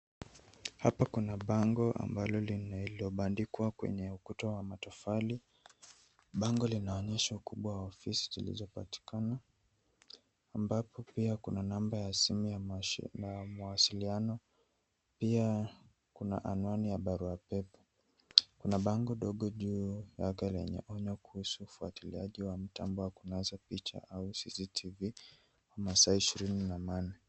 Hapa kuna bango ambalo linalobandikwa kwenye ukuta wa matofali, bango lina onyesho kubwa wa fest zilizopatikana, ambapo pia kuna namba ya simu ya mawasiliano, pia kuna anwani ya barua pepe, kuna bango ndogo juu yake lenye onyo kuhusu ufuatiliaji wa mtambo wa kunasa picha au cctv kwa masaa ishrini na manne.